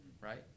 right